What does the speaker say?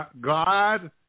God